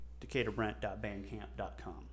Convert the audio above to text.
decaturbrent.bandcamp.com